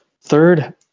third